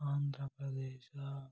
Andhra Pradesh